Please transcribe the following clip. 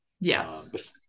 Yes